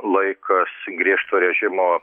laikas griežto režimo